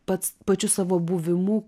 pats pačiu savo buvimu